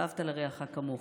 "ואהבת לרעך כמוך".